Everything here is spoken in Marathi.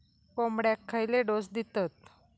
कोंबड्यांक खयले डोस दितत?